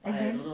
and then